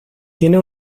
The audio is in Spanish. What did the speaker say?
tiene